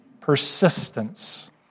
Persistence